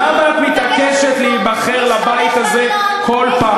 למה את מתעקשת להיבחר לבית הזה כל פעם?